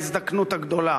ההזדקנות הגדולה,